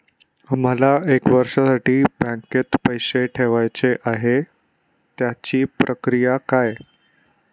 मला एक वर्षासाठी बँकेत पैसे ठेवायचे आहेत त्याची प्रक्रिया काय?